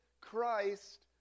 Christ